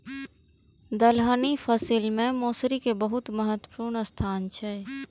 दलहनी फसिल मे मौसरी के बहुत महत्वपूर्ण स्थान छै